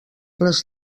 les